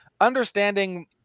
understanding